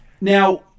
Now